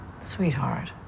Sweetheart